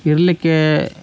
ಇರಲಿಕ್ಕೆ